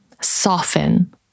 soften